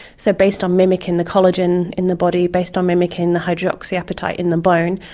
so, based on mimicking the collagen in the body, based on mimicking the hydroxyapatite in the bone,